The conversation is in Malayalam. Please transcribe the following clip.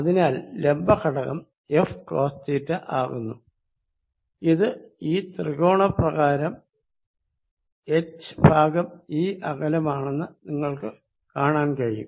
അതിനാൽ ലംബ ഘടകം FCosθ ആകുന്നു ഇത് ഈ ത്രികോണ പ്രകാരം h ഭാഗം ഈ അകലമാണെന്ന് നിങ്ങൾക്ക് കാണാൻ കഴിയും